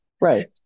right